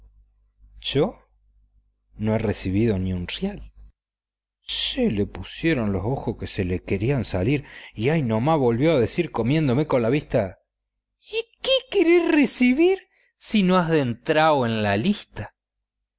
yo no he recebido ni un rial se le pusieron los ojos que se le querían salir y ahi no más volvió a decir comiéndome con la vista y qué querés recibir si no has dentrao en la lista